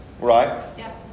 Right